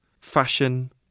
fashion